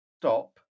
stop